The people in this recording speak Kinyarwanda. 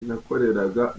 nakoreraga